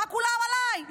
מה כולם עליי?